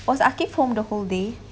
was akiff home the whole day